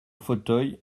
fauteuil